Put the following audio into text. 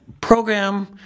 program